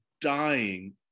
dying